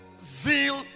zeal